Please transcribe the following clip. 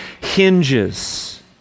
hinges